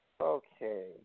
Okay